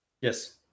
Yes